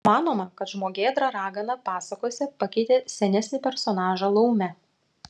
manoma kad žmogėdra ragana pasakose pakeitė senesnį personažą laumę